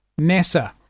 NASA